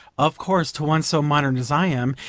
of course to one so modern as i am,